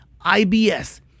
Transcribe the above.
IBS